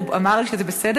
הוא אמר לי שזה בסדר,